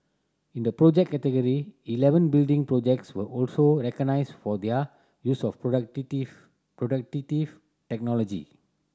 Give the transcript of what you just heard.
in the Project category eleven building projects were also recognised for their use of technology